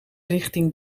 richting